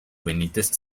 benítez